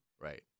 Right